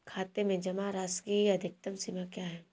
खाते में जमा राशि की अधिकतम सीमा क्या है?